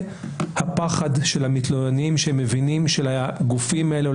הפחד של המתלוננים שהם מבינים שלגופים האלה,